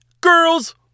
Girls